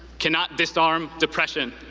cannot disarm depression.